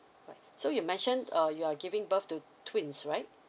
alright so you mention uh you're giving birth to twins right